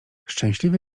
szczęśliwy